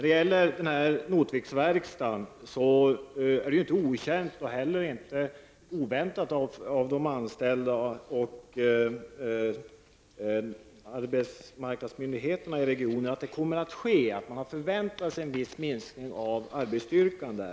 Det är när det gäller Notviksverkstaden bland de anställda och hos arbetsmarknadsmyndigheterna i regionen inte okänt och inte heller oväntat att det kommer att ske en viss minskning av arbetsstyrkan.